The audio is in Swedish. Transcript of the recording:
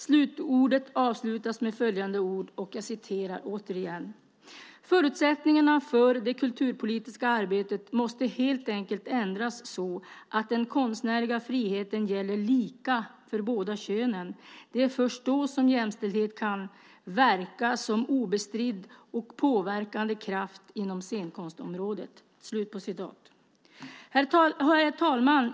Slutordet avslutas med följande: "Förutsättningarna för det kulturpolitiska arbetet måste helt enkelt ändras så att den konstnärliga friheten gäller lika för båda könen. Det är först då som jämställdhet kan verka som obestridd och påverkande kraft inom scenkonstområdet." Herr talman!